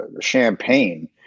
champagne